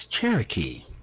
Cherokee